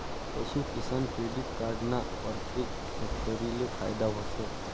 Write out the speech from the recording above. पशूकिसान credit card ना परतेक शेतकरीले फायदा व्हस